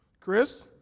Chris